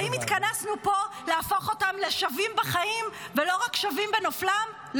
האם התכנסנו פה להפוך אותם לשווים בחיים ולא רק שווים בנופלם?